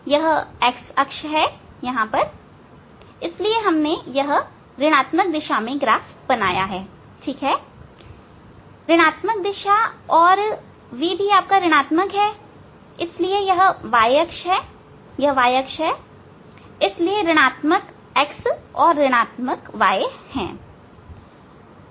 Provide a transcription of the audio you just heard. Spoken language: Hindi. तो यह x अक्ष है इसलिए हमने यह ऋणआत्मक दिशा में ग्राफ बनाया है ठीक है ऋणआत्मक दिशा और क्योंकि v भी ऋणआत्मक है इसलिए यह y अक्ष है यह y अक्ष है इसलिए ऋणआत्मक x और ऋण आत्मक y है